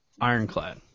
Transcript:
Ironclad